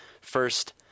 first